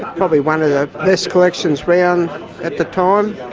probably one of the best collections around at the time.